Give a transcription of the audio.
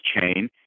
chain